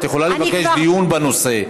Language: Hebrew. את יכולה לבקש דיון בנושא.